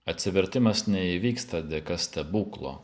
atsivertimas neįvyksta dėka stebuklo